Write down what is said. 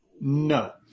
No